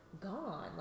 gone